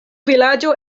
vilaĝo